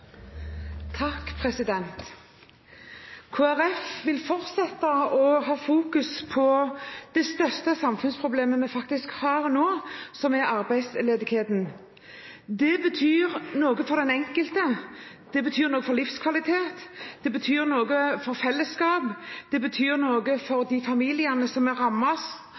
vil fortsette å ha fokus på det største samfunnsproblemet vi har nå, som er arbeidsledigheten. Det betyr noe for den enkelte, det betyr noe for livskvalitet, det betyr noe for fellesskap, det betyr noe for de familiene som rammes,